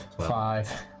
Five